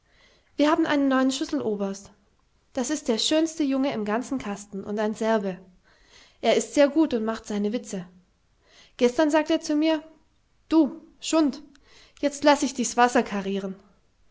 wir haben einen neuen schüsseloberst das ist der schönste junge im ganzen kasten und ein serbe er ist sehr gut und macht seine witze gestern sagt er zu mir du schund jetzt laß ich dichs wasser karieren